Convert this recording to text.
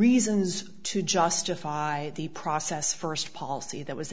reasons to justify the process first policy that was